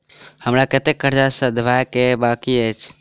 हमरा कतेक कर्जा सधाबई केँ आ बाकी अछि?